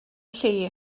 lle